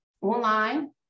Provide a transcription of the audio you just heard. online